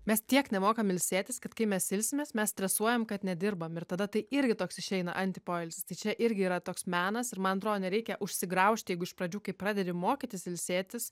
mes tiek nemokam ilsėtis kad kai mes ilsimės mes stresuojam kad nedirbam ir tada tai irgi toks išeina antipoilsis tai čia irgi yra toks menas ir man atrodo nereikia užsigraužti jeigu iš pradžių kai pradedi mokytis ilsėtis